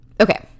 okay